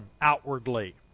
outwardly